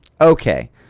Okay